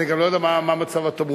אני גם לא יודע מה מצב התמרורים,